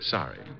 Sorry